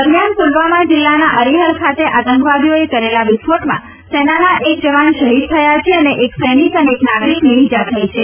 દરમિયાન પુલવામાં જિલ્લાના અરિહલ ખાતે આતંકવાદીઓ કરેલા વિસ્ફોટમાં સેનાનો એક જવાન શહિદ થયો છે અને એક સૈનિક અને નાગરિકને ઇજા થઇ છે